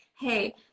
hey